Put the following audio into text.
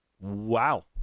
wow